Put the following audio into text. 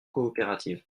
coopérative